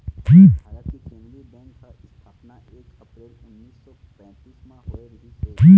भारत के केंद्रीय बेंक के इस्थापना एक अपरेल उन्नीस सौ पैतीस म होए रहिस हे